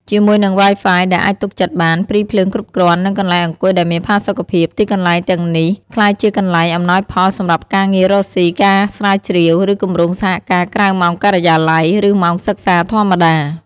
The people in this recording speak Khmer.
ជាមួយនឹង Wi-Fi ដែលអាចទុកចិត្តបាន ព្រីភ្លើងគ្រប់គ្រាន់ និងកន្លែងអង្គុយដែលមានផាសុកភាព ទីកន្លែងទាំងនេះក្លាយជាកន្លែងអំណោយផលសម្រាប់ការងាររកស៊ី ការស្រាវជ្រាវ ឬគម្រោងសហការក្រៅម៉ោងការិយាល័យ ឬម៉ោងសិក្សាធម្មតា។